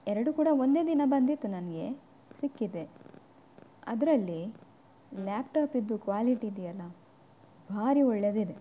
ಎರಡು ಕೂಡ ಒಂದೇ ದಿನ ಬಂದಿತ್ತು ನನಗೆ ಸಿಕ್ಕಿದೆ ಅದರಲ್ಲಿ ಲ್ಯಾಪ್ಟಾಪಿದ್ದು ಕ್ವಾಲಿಟಿ ಇದೆಯಲ್ಲ ಭಾರಿ ಒಳ್ಳೆಯದಿದೆ